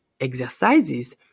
exercises